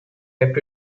left